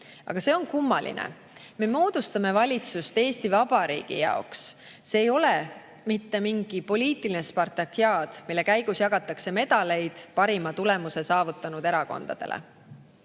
Aga see on kummaline. Me moodustame valitsust Eesti Vabariigi jaoks, see ei ole mitte mingi poliitiline spartakiaad, mille käigus jagatakse medaleid parima tulemuse saavutanud erakondadele. Eestikeelsele